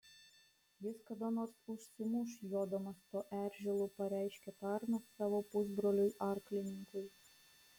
jis kada nors užsimuš jodamas tuo eržilu pareiškė tarnas savo pusbroliui arklininkui